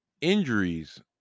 injuries